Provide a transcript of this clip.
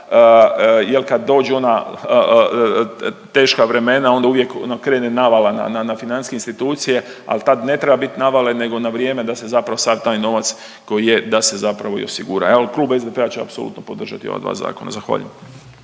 jer kad dođe ona teška vremena, onda uvijek ono krene navala na financijske institucije, ali tad ne treba bit navale, nego na vrijeme da se zapravo sav taj novac koji je, da se zapravo i osigura. Je li, Klub SDP-a će apsolutno podržati ova dva zakona. Zahvaljujem.